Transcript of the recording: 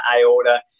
aorta